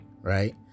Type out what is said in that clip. right